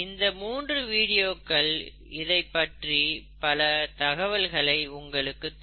இந்த மூன்று வீடியோக்கள் இதனைப் பற்றிய பல தகவல்களை உங்களுக்கு தரும்